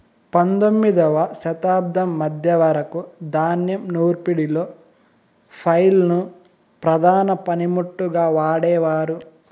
పందొమ్మిదవ శతాబ్దం మధ్య వరకు ధాన్యం నూర్పిడిలో ఫ్లైల్ ను ప్రధాన పనిముట్టుగా వాడేవారు